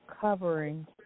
covering